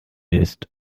ist